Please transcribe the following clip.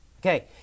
Okay